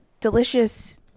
delicious